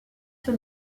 sur